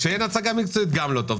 כשאין הצגה מקצועית גם לא טוב.